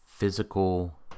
physical